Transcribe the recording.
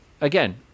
Again